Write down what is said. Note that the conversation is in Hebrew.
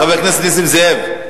חבר הכנסת נסים זאב,